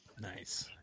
Nice